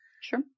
Sure